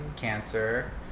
cancer